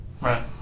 Right